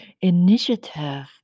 initiative